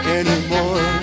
anymore